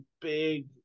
big